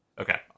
Okay